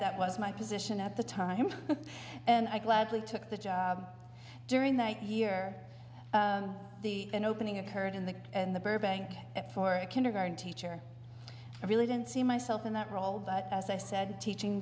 that was my position at the time and i gladly took the job during that year and opening occurred in the in the burbank at four a kindergarten teacher i really didn't see myself in that role but as i said teaching